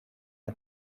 mae